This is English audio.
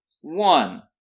One